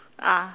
ah